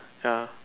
ya